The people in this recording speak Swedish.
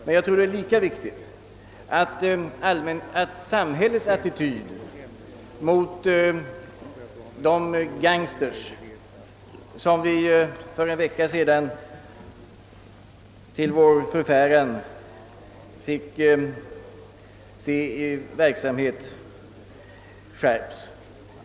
Men jag tror att det är lika viktigt att samhället skärper sin attityd mot sådana gangsters, vilkas verksamhet vi för en vecka sedan till vår förfäran fick uppleva.